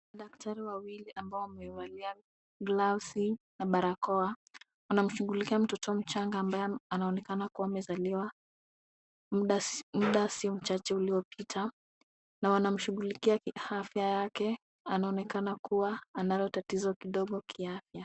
Daktari wawili waliovalia gloves na barakoa wanamshughulikia mtoto mchanga ambaye anaonekana kuwa amezaliwa muda si mchache uliopita na wanamshughulikia afya yake. Anaonekana kua analo tatizo kidogo kiafya.